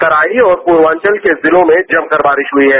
तराई और पूर्वांचल के जिलों में जमकर बारिश हुई है